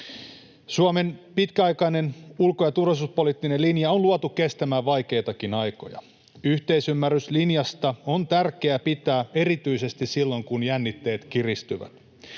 Suomen pitkäaikainen ulko- ja turvallisuuspoliittinen linja on luotu kestämään vaikeitakin aikoja. Yhteisymmärrys linjasta on tärkeää pitää erityisesti silloin, kun jännitteet kiristyvät.